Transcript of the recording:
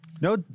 No